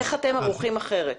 איך אתם ערוכים אחרת?